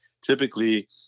typically